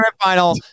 final